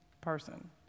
person